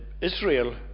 Israel